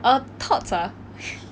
err todds ah